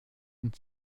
und